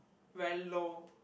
very low